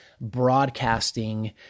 broadcasting